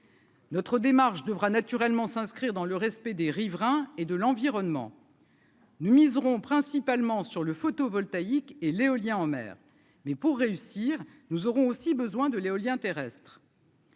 Notre démarche devra naturellement s'inscrire dans le respect des riverains et de l'environnement. Nous miseront principalement sur le photovoltaïque et l'éolien en mer mais pour réussir, nous aurons aussi besoin de l'éolien terrestre.